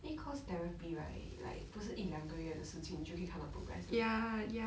I think cause therapy right like 不是一两个月的时间就可以看到 progress 的